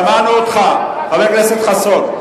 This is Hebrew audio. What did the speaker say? שמענו אותך, חבר הכנסת חסון.